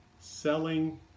Selling